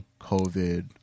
COVID